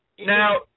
Now